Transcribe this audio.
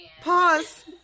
Pause